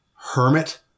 Hermit